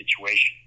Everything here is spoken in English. situation